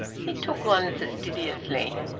he took one fastidiously.